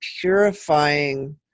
purifying